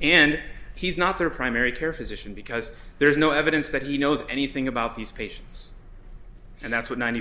and he's not their primary care physician because there's no evidence that he knows anything about these patients and that's what ninety